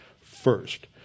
first